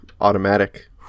automatic